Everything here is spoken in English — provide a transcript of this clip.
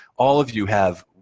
all of you have